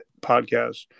podcast